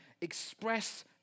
express